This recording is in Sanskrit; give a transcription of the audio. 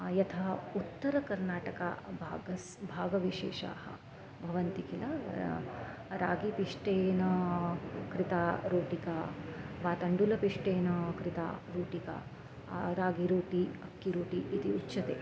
यथा उत्तरकर्नाटकभागे पाकविशेषाः भवन्ति किल रागिपिष्टेन कृता रोटिका वा तण्डुलपिष्टेन कृता रोटिका रागिरोटि अक्किरोटि इति उच्यते